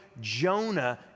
Jonah